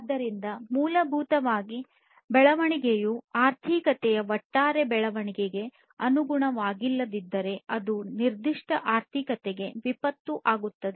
ಆದ್ದರಿಂದ ಮೂಲಭೂತವಾಗಿ ಬೆಳವಣಿಗೆಯು ಆರ್ಥಿಕತೆಯ ಒಟ್ಟಾರೆ ಬೆಳವಣಿಗೆಗೆ ಅನುಗುಣವಾಗಿಲ್ಲದಿದ್ದರೆ ಅದು ನಿರ್ದಿಷ್ಟ ಆರ್ಥಿಕತೆಗೆ ವಿಪತ್ತು ಆಗುತ್ತದೆ